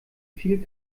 viel